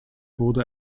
wurde